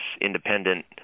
independent